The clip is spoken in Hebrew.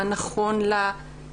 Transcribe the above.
מה נכון לה.